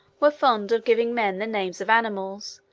were fond of giving men the names of animals,